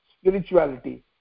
spirituality